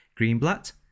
Greenblatt